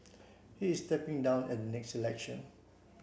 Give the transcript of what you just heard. he is stepping down at the next election